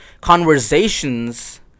conversations